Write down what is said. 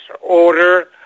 order